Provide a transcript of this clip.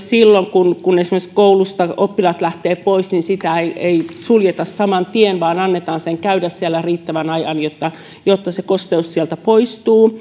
silloin kun kun esimerkiksi koulusta oppilaat lähtevät pois sitä ei ei suljeta samantien vaan annetaan sen käydä siellä riittävän ajan jotta jotta se kosteus sieltä poistuu